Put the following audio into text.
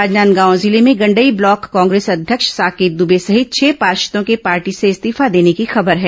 राजनांदगांव जिले में गंडई ब्लॉक कांग्रेस अध्यक्ष साकेत द्वे सहित छह पार्षदों के पार्टी से इस्तीफा देने की खबर है